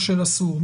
או שאסור?